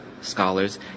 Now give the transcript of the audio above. scholars